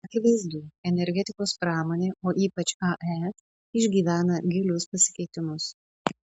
akivaizdu energetikos pramonė o ypač ae išgyvena gilius pasikeitimus